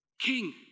king